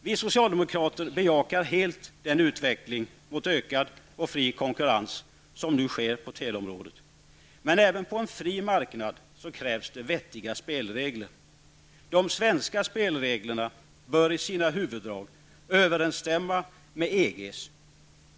Vi socialdemokrater bejakar helt den utveckling mot ökad och fri konkurrens som nu sker på teleområdet. Men även på en fri marknad krävs vettiga spelregler. De svenska spelreglerna bör i sina huvuddrag överensstämma med EGs.